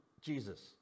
Jesus